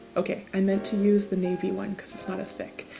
ok, i meant to use the navy one because it's not as thick.